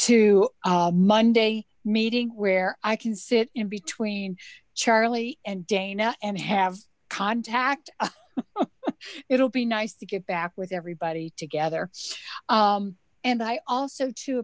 to monday meeting where i can sit in between charlie and dana and have contact it'll be nice to get back with everybody together and i also to